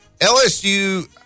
LSU